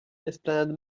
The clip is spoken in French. esplanade